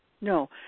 No